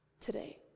today